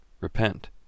Repent